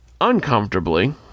uncomfortably